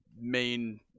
main